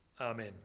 Amen